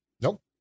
Nope